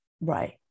Right